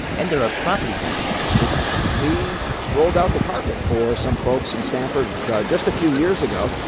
and there are property taxes for the city we rolled out the carpet for some folks in stamford just a few years ago,